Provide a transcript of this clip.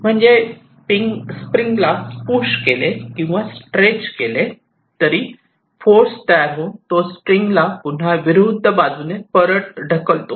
म्हणजे स्प्रिंग ला पुश केले किंवा स्ट्रेच केले तर फोर्स तयार होऊन तो स्प्रिंगला पुन्हा विरुद्ध बाजूने परत ढकलतो